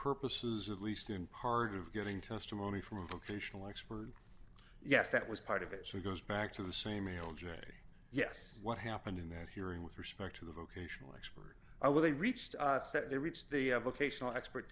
purposes at least in part of getting testimony from the confessional expert yes that was part of it she goes back to the same meal journey yes what happened in that hearing with respect to the vocational expert i will be reached that they reached the vocational expert